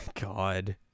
God